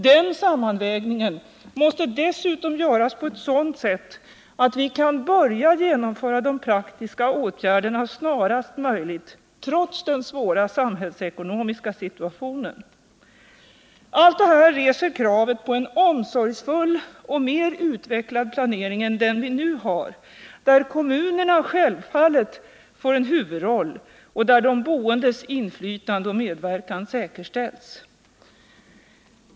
Den sammanvägningen måste dessutom göras på ett sådant sätt att vi kan börja genomföra de praktiska åtgärderna snarast möjligt trots den svåra samhällsekonomiska situationen. Allt detta reser kravet på en omsorgsfull och mer utvecklad planering än den vi nu har, där kommunerna självfallet får en huvudroll och där de boendes inflytande och medverkan säkerställs.